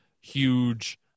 huge